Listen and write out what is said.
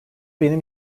benim